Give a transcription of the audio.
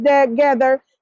together